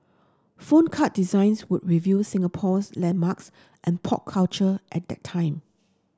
phone card designs would reveal Singapore's landmarks and pop culture at that time